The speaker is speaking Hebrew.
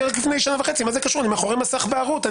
אני מאחורי מסך בערות.